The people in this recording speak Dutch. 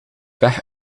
weg